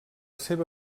seva